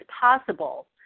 possible